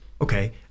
Okay